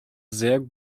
sehr